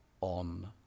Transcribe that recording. on